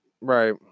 Right